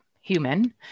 human